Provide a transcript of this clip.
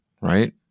right